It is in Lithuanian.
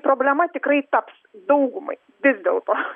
problema tikrai taps daugumai vis dėlto